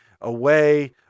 away